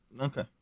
Okay